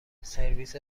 سرویس